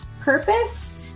purpose